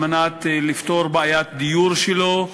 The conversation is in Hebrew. כדי לפתור את בעיית הדיור שלו.